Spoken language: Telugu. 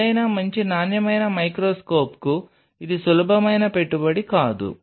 ఏదైనా మంచి నాణ్యమైన మైక్రోస్కోప్కు ఇది సులభమైన పెట్టుబడి కాదు